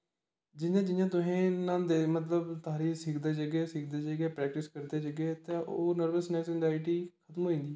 जियां जियां तुस न्हांदे मतलब तारी सिखदे जाह्गे सिखदे जागे प्रैक्टिस करदे जाह्गे ते ओह् नर्वसनैस्स इंजाईटी खतम होई जंदी